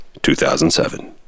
2007